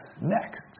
next